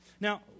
Now